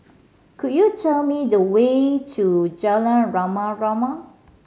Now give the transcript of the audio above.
could you tell me the way to Jalan Rama Rama